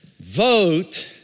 vote